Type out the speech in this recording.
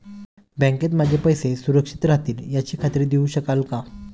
बँकेत माझे पैसे सुरक्षित राहतील याची खात्री देऊ शकाल का?